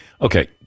Okay